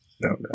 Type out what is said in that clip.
No